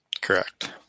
Correct